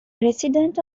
resident